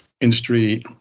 industry